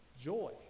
joy